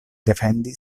defendi